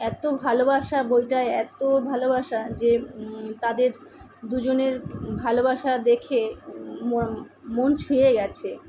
এত ভালোবাসা বইটায় এত ভালোবাসা যে তাদের দুজনের ভালোবাসা দেখে মন মন ছুঁয়ে গিয়েছে